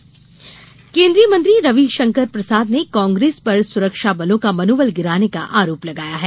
रविशंकर केन्द्रीय मंत्री रविशंकर प्रसाद ने कांग्रेस पर सुरक्षाबलों का मनोबल गिराने का आरोप लगाया है